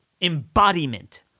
embodiment